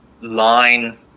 line